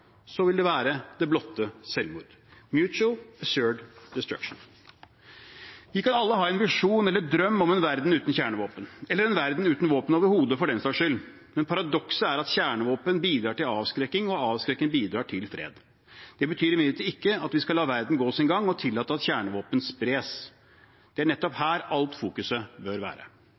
vil det være det blotte selvmord – «mutual assured destruction». Vi kan alle ha en visjon eller drøm om en verden uten kjernevåpen, eller en verden uten våpen overhodet, for den saks skyld. Men paradokset er at kjernevåpen bidrar til avskrekking, og avskrekking bidrar til fred. Det betyr imidlertid ikke at vi skal la verden gå sin gang og tillate at kjernevåpen spres. Det er nettopp her all fokusering bør være.